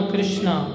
Krishna